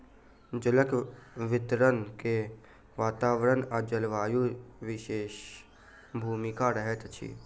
जलक वितरण मे वातावरण आ जलवायुक विशेष भूमिका रहैत अछि